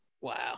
Wow